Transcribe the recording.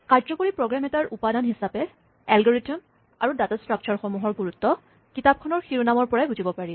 কাৰ্যকৰী প্ৰগ্ৰেম এটাৰ উপাদান হিচাপে এলগৰিদম আৰু ডাটা স্ট্ৰাক্সাৰ সমূহৰ গুৰুত্বৰ কথা কিতাপখনৰ শিৰোনামৰ পৰাই বুজিব পাৰি